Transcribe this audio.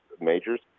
majors